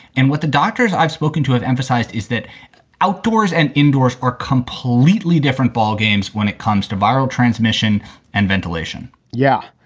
and what the doctors i've spoken to have emphasized is that outdoors and indoors are completely completely different ball games when it comes to viral transmission and ventilation yeah.